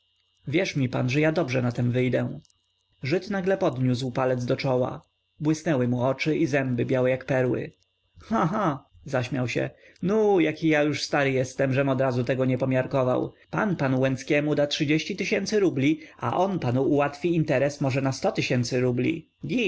wierz mi pan że dobrze na tem wyjdę żyd nagle podniósł palec do czoła błysnęły mu oczy i zęby białe jak perły ha ha zaśmiał się nu jaki ja już stary jestem żem odrazu tego nie pomiarkował pan panu łęckiemu da trzydzieści tysięcy rubli a on panu ułatwi interes może na sto tysięcy rubli git